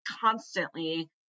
constantly